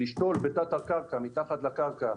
לשתול בתת הקרקע, מתחת לקרקע,